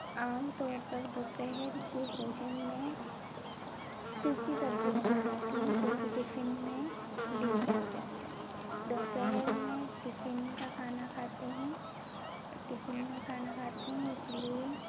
आमतौर पर दोपहर के भोजन में सूखी सब्ज़ी बनाई जाती है जो कि टिफ़िन में ले जाई जा सके दोपहर में टिफ़िन का खाना खाते हैं टिफ़िन में खाना खाते हैं इसलिए